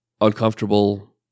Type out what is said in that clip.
uncomfortable